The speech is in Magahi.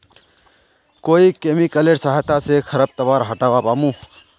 कोइ केमिकलेर सहायता से खरपतवार हटावा पामु